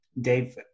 Dave